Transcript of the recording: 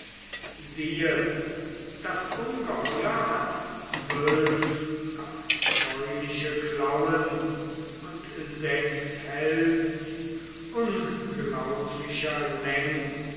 siehe das ungeheuer hat zwölf abscheuliche klauen und sechs häls unglaublicher läng